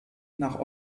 nach